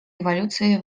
резолюции